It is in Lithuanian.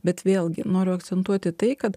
bet vėlgi noriu akcentuoti tai kad